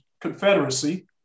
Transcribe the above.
Confederacy